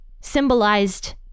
symbolized